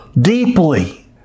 deeply